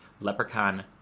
Leprechaun